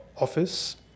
office